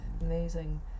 amazing